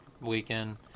weekend